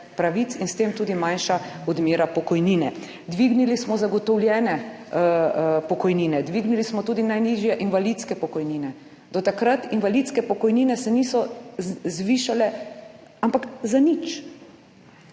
in s tem tudi manjša odmera pokojnine. Dvignili smo zagotovljene pokojnine. Dvignili smo tudi najnižje invalidske pokojnine. Do takrat invalidske pokojnine se niso zvišale, ampak za nič.